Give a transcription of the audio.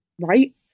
Right